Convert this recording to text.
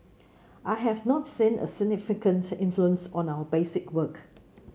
I have not seen a significant influence on our basic work